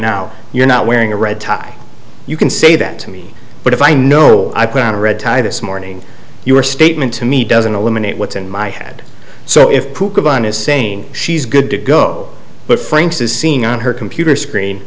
now you're not wearing a red tie you can say that to me but if i know i put on a red tie this morning your statement to me doesn't eliminate what's in my head so if his saying she's good to go but franks is seen on her computer screen